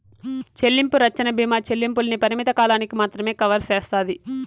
చెల్లింపు రచ్చన బీమా చెల్లింపుల్ని పరిమిత కాలానికి మాత్రమే కవర్ సేస్తాది